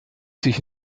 sich